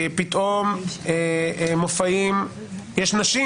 שפתאום יש נשים